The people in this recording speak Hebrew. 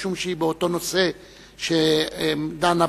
שבדרך כלל מוגשות ונשמעות על-פי גודלן של הסיעות המבקשות.